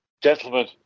gentlemen